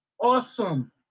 awesome